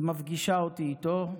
ומפגישה אותי איתו.